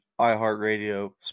iHeartRadio